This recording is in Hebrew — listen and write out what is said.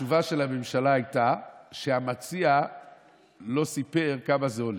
התשובה של הממשלה הייתה שהמציע לא סיפר כמה זה עולה.